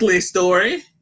story